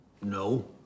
no